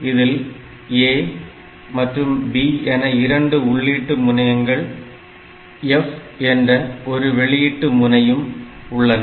இதில் A மற்றும் B என இரண்டு உள்ளீடு முனையங்கள் F என்ற ஒரு வெளியீட்டு முனையும் உள்ளன